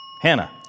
Hannah